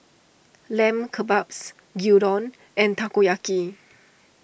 Lamb Kebabs Gyudon and Takoyaki